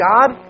God